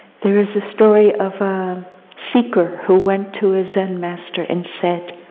there is a story of a seeker who went to a zen master, and said